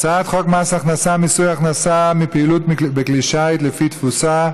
הצעת חוק מס הכנסה (מיסוי הכנסה מפעילות בכלי שיט לפי תפוסה),